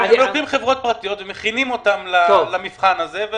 לוקחים חברות פרטיות ומכינים אותם למבחן הזה.